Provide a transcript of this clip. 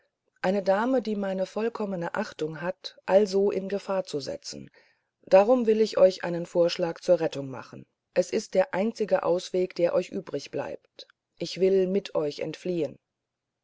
eine dame die meine vollkommene achtung hat also in gefahr zu setzen darum will ich euch einen vorschlag zur rettung machen es ist der einzige ausweg der euch übrigbleibt ich will mit euch entfliehen